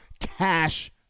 cash